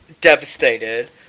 devastated